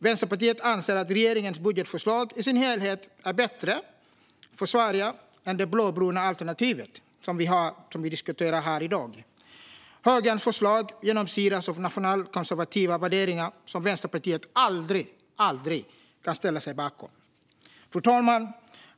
Vänsterpartiet anser att regeringens budgetförslag i sin helhet är bättre för Sverige än det blåbruna alternativ som vi diskuterar här i dag. Högerns förslag genomsyras av nationalkonservativa värderingar som Vänsterpartiet aldrig kan ställa sig bakom. Fru talman!